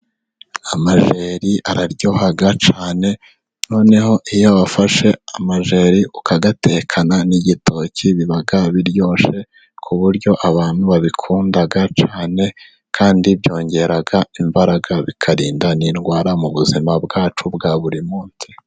Amajeri araryoha cyane, noneho iyo wafashe amajeri ukayatekana n'igitoki biba biryoshye, ku buryo abantu babikunda cyane, kandi byongera imbaraga, bikarinda n'indwara mu buzima bwacu bwa buri munsi.